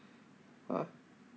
!huh!